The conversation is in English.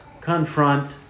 confront